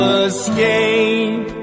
escape